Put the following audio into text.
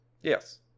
Yes